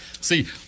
See